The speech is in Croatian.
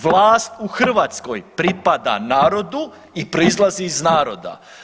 Vlast u Hrvatskoj pripada narodu i proizlazi iz naroda.